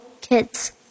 Kids